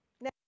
Now